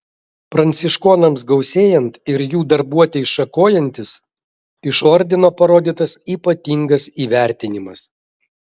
pranciškonams gausėjant ir jų darbuotei šakojantis iš ordino parodytas ypatingas įvertinimas